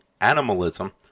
Animalism